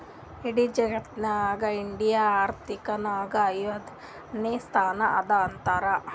ಇಡಿ ಜಗತ್ನಾಗೆ ಇಂಡಿಯಾ ಆರ್ಥಿಕ್ ನಾಗ್ ಐಯ್ದನೇ ಸ್ಥಾನ ಅದಾ ಅಂತಾರ್